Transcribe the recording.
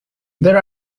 there